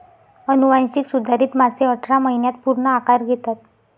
अनुवांशिक सुधारित मासे अठरा महिन्यांत पूर्ण आकार घेतात